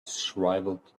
shriveled